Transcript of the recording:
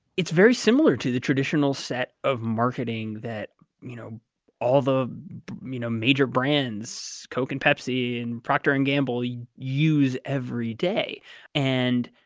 it's very similar to the traditional set of marketing that you know all the you know major brands. coke and pepsi and procter and gamble we use every day and